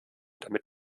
damit